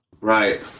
Right